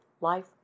life